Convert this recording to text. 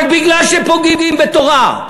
רק בגלל שפוגעים בתורה.